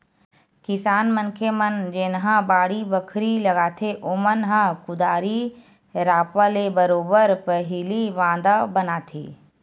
किसान मनखे मन जेनहा बाड़ी बखरी लगाथे ओमन ह कुदारी रापा ले बरोबर पहिली मांदा बनाथे